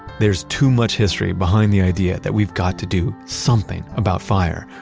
there's too much history behind the idea that we've got to do something about fire,